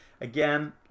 Again